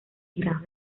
grados